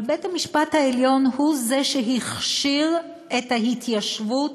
אבל בית-המשפט העליון הוא זה שהכשיר את ההתיישבות